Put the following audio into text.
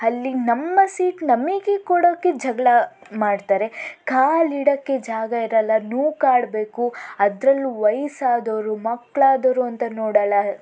ಅಲ್ಲಿ ನಮ್ಮ ಸೀಟ್ ನಮಗೆ ಕೊಡೋಕ್ಕೆ ಜಗಳ ಮಾಡ್ತಾರೆ ಕಾಲು ಇಡೋಕ್ಕೆ ಜಾಗ ಇರಲ್ಲ ನೂಕಾಡ್ಬೇಕು ಅದರಲ್ಲೂ ವಯಸ್ಸು ಆದವರು ಮಕ್ಕಳಾದವ್ರು ಅಂತ ನೋಡಲ್ಲ